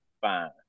fine